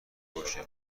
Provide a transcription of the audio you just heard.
باشه